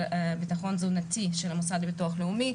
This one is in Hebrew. לביטחון תזונתי של המוסד לביטוח לאומי,